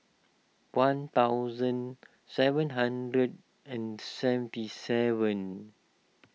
one thousand seven hundred and seventy seven